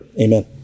Amen